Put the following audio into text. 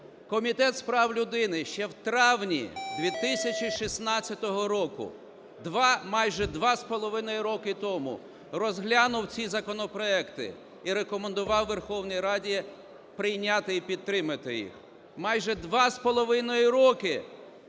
Комітет з прав людини ще в травні 2016 року майже два з половиною роки тому розглянув ці законопроекти і рекомендував Верховній Раді прийняти і підтримати їх. Майже два з половиною роки